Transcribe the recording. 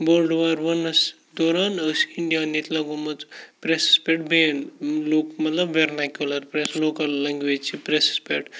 world war وَنَس دوران ٲسۍ اِنٛڈیاہَن ییٚتہِ لَگومٕژ پرٛٮ۪سَس پٮ۪ٹھ بین لُکھ مطلب وٮ۪رنٮ۪کیوٗلَر پرٛٮ۪س لوکَل لنٛگویج چھِ پرٛٮ۪سَس پٮ۪ٹھ